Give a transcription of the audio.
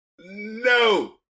No